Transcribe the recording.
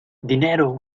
dinero